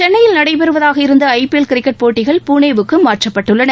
சென்னையில் நடைபெறுவதாக இருந்த ஐ பி எல் கிரிக்கெட் போட்டிகள் புனேவுக்கு மாற்றப்பட்டுள்ளன